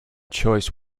choice